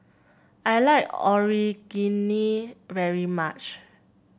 I like Onigiri very much